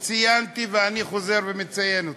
וציינתי ואני חוזר ומציין אותו: